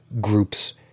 groups